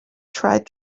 tried